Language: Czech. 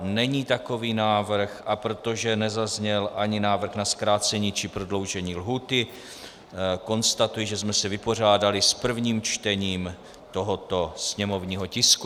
Není takový návrh, a protože nezazněl ani návrh na zkrácení či prodloužení lhůty, konstatuji, že jsme se vypořádali s prvním čtením tohoto sněmovního tisku.